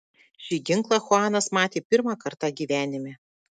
šį ginklą chuanas matė pirmą kartą gyvenime